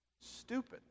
Stupid